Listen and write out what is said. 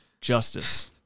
justice